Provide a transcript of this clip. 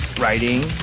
writing